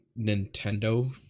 Nintendo